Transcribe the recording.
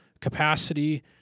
capacity